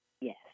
Yes